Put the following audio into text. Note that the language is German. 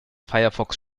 firefox